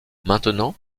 maintenant